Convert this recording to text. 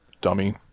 dummy